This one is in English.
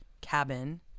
cabin